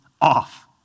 off